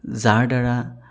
যাৰ দ্বাৰা